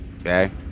Okay